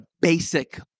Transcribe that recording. basic